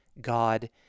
God